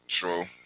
True